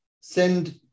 send